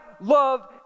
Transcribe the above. love